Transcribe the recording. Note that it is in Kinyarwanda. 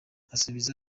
asubiza